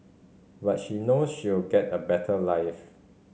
but she know she'll get a better life